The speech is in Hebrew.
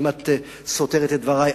אם את סותרת את דברי,